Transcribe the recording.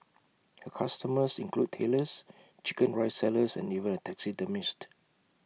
her customers include Tailors Chicken Rice sellers and even A taxidermist